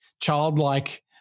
childlike